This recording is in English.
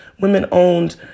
women-owned